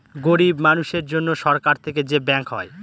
গরিব মানুষের জন্য সরকার থেকে যে ব্যাঙ্ক হয়